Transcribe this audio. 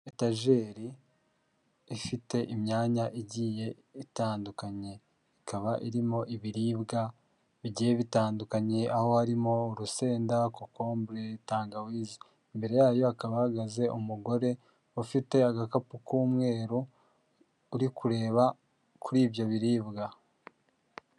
Etajeri ifite imyanya igiye itandukanye, ikaba irimo ibiribwa bigiye bitandukanye, aho harimo; urusenda, kokombure, tangawizi, imbere yayo hakaba hahagaze umugore ufite agakapu k'umweru uri kureba kuri ibyo biribwa.